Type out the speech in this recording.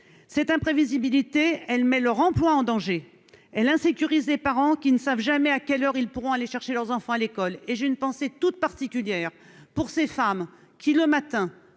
cette imprévisibilité elle mais leur emploi en danger, elle insécurisé parents qui ne savent jamais à quelle heure ils pourront aller chercher leurs enfants à l'école et j'ai une pensée toute particulière pour ces femmes qui, le matin,